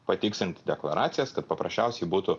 patikslinti deklaracijas kad paprasčiausiai būtų